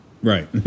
Right